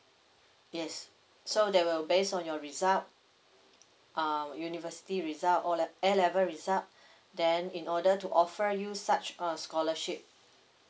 yes so they will based on your result um university result O lev~ A level result then in order to offer you such a scholarship